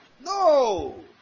No